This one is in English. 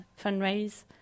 fundraise